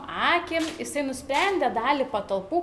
akį jisai nusprendė dalį patalpų